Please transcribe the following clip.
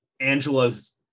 angela's